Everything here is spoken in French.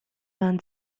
vingt